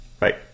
Right